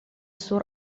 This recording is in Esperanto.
sur